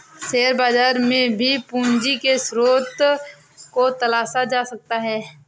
share बाजार में भी पूंजी के स्रोत को तलाशा जा सकता है